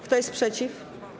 Kto jest przeciw?